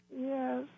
Yes